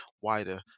wider